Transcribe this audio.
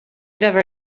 never